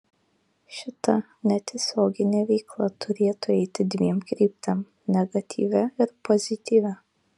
šita netiesioginė veikla turėtų eiti dviem kryptim negatyvia ir pozityvia